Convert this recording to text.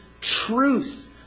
truth